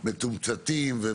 הם מתומצתים?